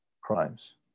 crimes